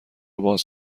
باز